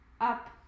Up